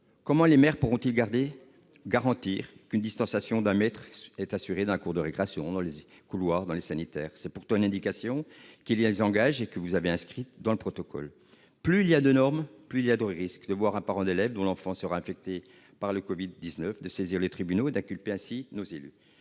comment les maires pourront-ils garantir qu'une distanciation d'un mètre est assurée dans la cour de récréation, dans les couloirs, dans les sanitaires ? C'est pourtant une indication qui les engage et que vous avez inscrite dans le protocole. Plus il y a de normes, puis il y a de risques de voir un parent d'élève dont l'enfant sera infecté par le Covid-19 saisir les tribunaux et faire inculper ainsi nos élus.